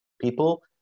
people